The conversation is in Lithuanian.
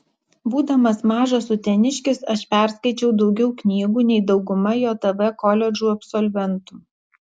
būdamas mažas uteniškis aš perskaičiau daugiau knygų nei dauguma jav koledžų absolventų